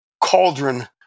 cauldron